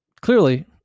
clearly